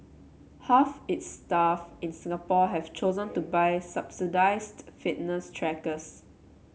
half its staff in Singapore have chosen to buy subsidised fitness trackers